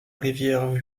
rivière